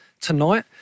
tonight